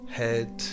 head